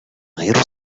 غير